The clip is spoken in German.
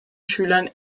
schülern